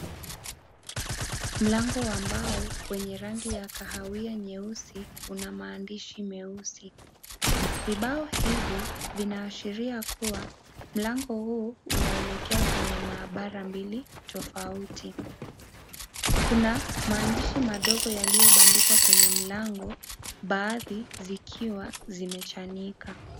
Mlango wa mbao wenye rangi ya kahawia nyeusi una maandishi meusi. Vibao hivi vinaashiria kuwa mlango huu unaelekea kwenye maabara mbili tofauti. Kuna maandishi madogo yaliyobandikwa kwenye mlango, baadhi zikiwa zimechanika.